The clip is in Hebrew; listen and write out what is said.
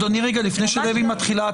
לפני שדבי מתחילה,